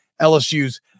LSUs